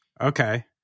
Okay